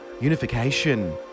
unification